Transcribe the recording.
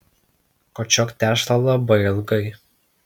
kočiok tešlą labai ilgai